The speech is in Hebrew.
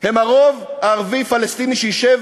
הוא הרוב הערבי-פלסטיני שישב